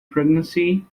pregnancy